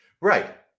Right